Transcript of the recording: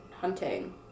hunting